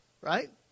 right